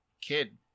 kid